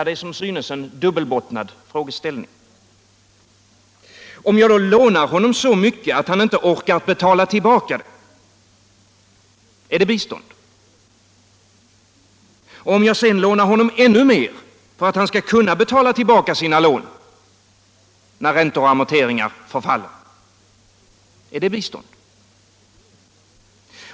Dei är som synes en dubbelbottnad frågeställning. Om jag då lånar honom så mycket att han inte orkar betala tillbaka det — är det bistånd” Och om jag sedan lånar honom ännu mer, för att han skall kunna betala tillbaka sina lån när räntor och amorteringar förfaller — är det bistånd?